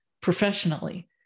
professionally